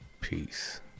Peace